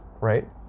right